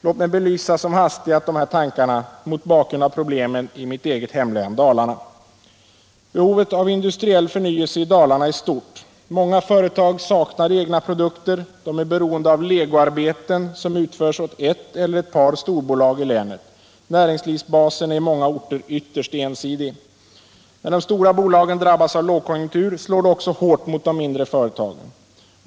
Låt mig som hastigast belysa de här tankarna mot bakgrund av problemen i mitt eget hemlän, Kopparbergs län. Behovet av industriell förnyelse i Dalarna är stort. Många företag saknar egna produkter, de är beroende av legoarbeten, som utförs åt ett eller ett par storbolag i länet. Näringslivsbasen är i många orter ytterst ensidig. När de stora bolagen drabbas av lågkonjunktur, slår det också hårt mot de mindre företagen.